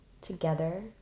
together